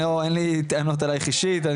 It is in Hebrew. אני אין לי טענות אלייך אישית.